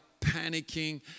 panicking